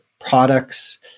products